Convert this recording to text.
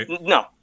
No